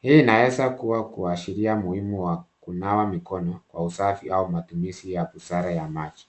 Hii inaweza kuwa kuashiria muhimu wa kunawa mikono Kwa usafi au matumizi ya busara ya maji.